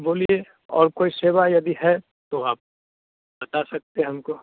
बोलिए और कोई सेवा यदि है तो आप बता सकते हैं हमको